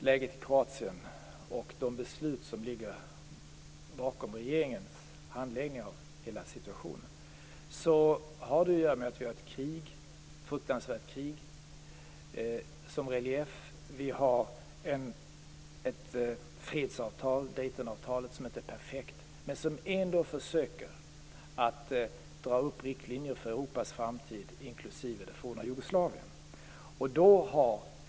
Läget i Kroatien och de beslut som ligger bakom regeringens handläggning av hela situationen får ses i relief mot ett fruktanvärt krig och ett fredsavtal, Daytonavtalet, som inte är perfekt men där man ändå försöker dra upp riktlinjer för framtiden för Europa inklusive det forna Jugoslavien.